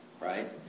right